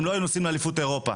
הם לא היו נוסעים לאליפות אירופה.